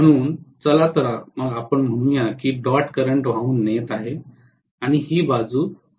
म्हणून चला तर मग आपण म्हणू या की डॉट करंट वाहून नेत आहे आणि ही बाजू क्रॉस करंट वाहून नेणार आहे